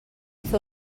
fer